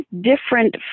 different